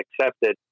accepted